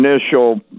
initial